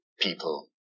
people